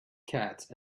cats